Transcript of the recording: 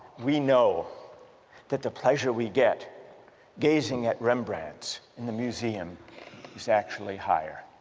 we know that the pleasure we get gazing at rembrandts in the museum is actually higher,